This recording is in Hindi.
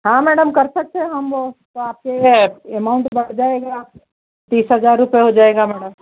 हाँ मैडम कर सकते हैं हम वो तो आप के अमाउंट बढ़ जाएगा तीस हजार रुपये हो जाएगा मैडम